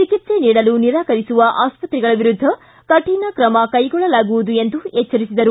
ಚಿಕಿತ್ಸೆ ನೀಡಲು ನಿರಾಕರಿಸುವ ಆಸ್ಪತ್ರೆಗಳ ವಿರುದ್ದ ಕಠಿಣ ಕ್ರಮ ಕೈಗೊಳ್ಳಲಾಗುವುದು ಎಂದು ಎಚ್ಚರಿಸಿದರು